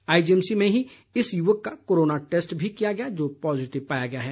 IGMC में ही इस युवक का कोरोना टैस्ट भी किया गया जो पॉजिटिव पाया गया है